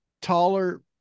taller